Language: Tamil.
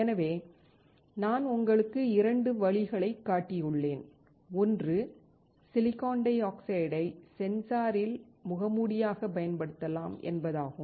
எனவே நான் உங்களுக்கு 2 வழிகளைக் காட்டியுள்ளேன் ஒன்று சிலிக்கான் டை ஆக்சைடை சென்சாரில் முகமூடியாகப் பயன்படுத்தலாம் என்பதாகும்